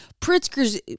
Pritzker's